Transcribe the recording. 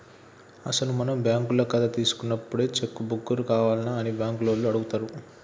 అసలు మనం బ్యాంకుల కథ తీసుకున్నప్పుడే చెక్కు బుక్కు కావాల్నా అని బ్యాంకు లోన్లు అడుగుతారు